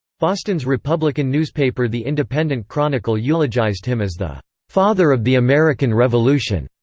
boston's republican newspaper the independent chronicle eulogized him as the father of the american revolution.